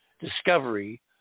discovery